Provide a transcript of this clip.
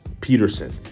Peterson